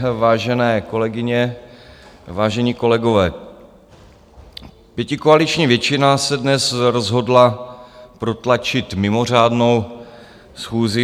Vážené kolegyně, vážení kolegové, pětikoaliční většina se dnes rozhodla protlačit mimořádnou schůzi.